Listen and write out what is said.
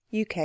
UK